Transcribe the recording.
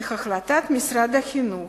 בהחלטת משרד החינוך,